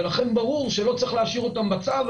ולכן ברור שלא צריך להשאיר אותם בצו.